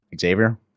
Xavier